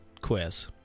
quiz